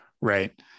Right